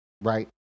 right